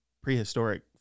prehistoric